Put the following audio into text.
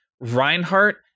Reinhardt